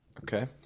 okay